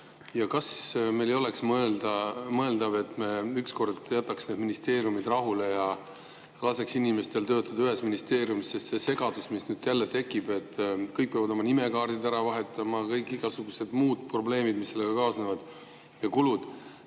Kas meil ei oleks mõeldav, et me ükskord jätaks need ministeeriumid rahule ja laseks inimestel ühes ministeeriumis töötada? See segadus, mis nüüd jälle tekib: kõik peavad oma nimekaardid ära vahetama, igasugused muud probleemid, mis sellega kaasnevad, ja kulud